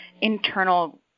internal